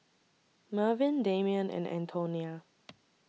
Mervyn Damion and Antonia